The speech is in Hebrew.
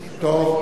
אני מאוד מודה.